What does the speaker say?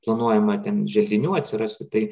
planuojama ten želdinių atsirasti tai